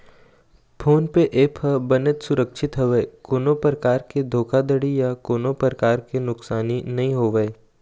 phone पे app ह बनेच सुरक्छित हवय कोनो परकार के धोखाघड़ी या कोनो परकार के नुकसानी नइ होवय